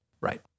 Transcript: Right